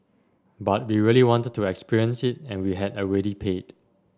but we really wanted to experience it and we had already paid